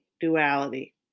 duality